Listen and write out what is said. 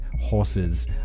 horses